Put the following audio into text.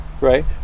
Right